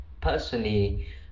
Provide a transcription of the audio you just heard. personally